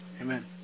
Amen